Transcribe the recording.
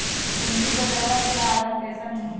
पूंजी बजरवा के हालत कैसन है?